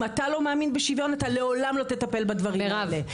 אם אתה לא מאמין שוויון אתה לעולם לא תטפל בדברים האלה.